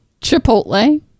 chipotle